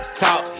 talk